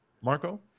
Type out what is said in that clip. Marco